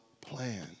plan